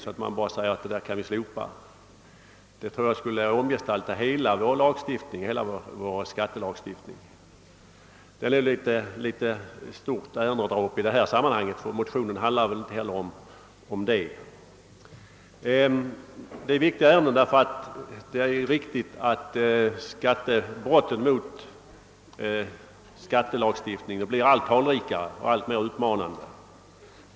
Om man skulle slopa ränteavdragen skulle det troligen omgestalta hela vår skattelagstiftning. Det är ett alltför stort ärende att ta upp i detta sammanhang och motionerna handlar inte heller om det. Det är riktigt att brotten mot skattelagstiftningen blir allt talrikare och allt mer utmanande.